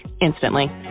instantly